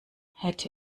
hätte